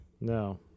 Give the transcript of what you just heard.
no